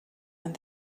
and